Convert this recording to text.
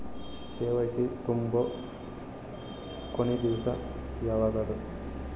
KYC ತುಂಬೊ ಕೊನಿ ದಿವಸ ಯಾವಗದ?